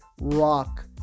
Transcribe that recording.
rock